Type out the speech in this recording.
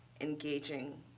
engaging